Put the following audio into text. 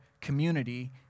community